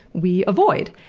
we avoid.